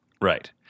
Right